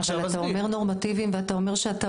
עכשיו אתה אומר נורמטיביים ואתה אומר שאתה